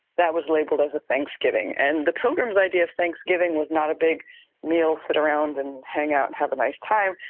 that was labeled as a thanksgiving and the pilgrims' idea of thanksgiving was not a big meal, sit around and hang out and have a nice time.